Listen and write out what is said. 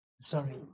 Sorry